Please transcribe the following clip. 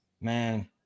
man